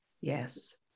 Yes